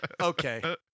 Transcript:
Okay